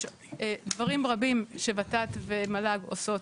יש דברים רבים שוות"ת ומל"ג עושות